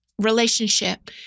relationship